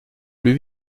plus